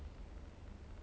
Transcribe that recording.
threatened